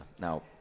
now